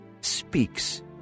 speaks